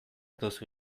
duzu